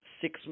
six